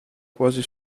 quasi